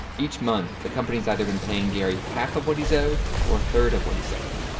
each month, the company's either been paying gary half of what he's owed or a third of what he's owed.